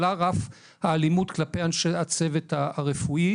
עלה רף האלימות כלפי אנשי הצוות הרפואי,